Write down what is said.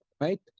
right